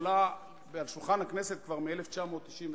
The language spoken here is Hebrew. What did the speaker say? עולה על שולחן הכנסת כבר מ-1999,